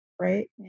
right